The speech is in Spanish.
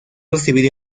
recibido